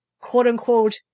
quote-unquote